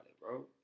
bro